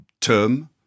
term